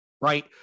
right